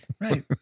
Right